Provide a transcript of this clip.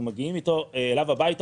אנחנו מגיעים אליו הביתה,